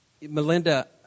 Melinda